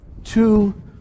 two